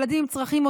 ילדים עם צרכים,